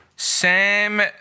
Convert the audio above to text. Sam